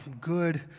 good